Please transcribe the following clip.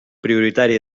prioritari